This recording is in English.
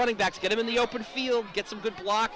running back to get him in the open field get some good